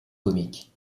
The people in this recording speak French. comique